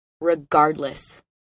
regardless